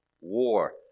War